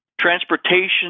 Transportation